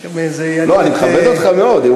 לא, אני מכבד אותך מאוד.